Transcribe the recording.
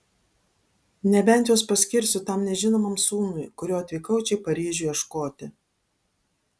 nebent juos paskirsiu tam nežinomam sūnui kurio atvykau čia į paryžių ieškoti